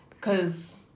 cause